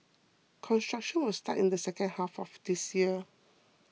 construction will start in the second half of this year